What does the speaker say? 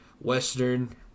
Western